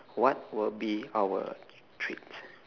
what will be our traits